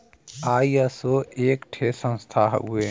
ISO एक ठे संस्था हउवे